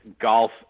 golf